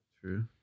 True